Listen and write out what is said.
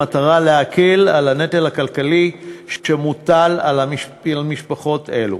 במטרה להקל את הנטל הכלכלי שמוטל על משפחות אלו.